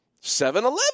7-Eleven